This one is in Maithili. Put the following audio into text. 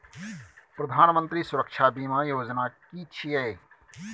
प्रधानमंत्री सुरक्षा बीमा योजना कि छिए?